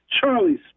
Charlie's